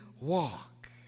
walk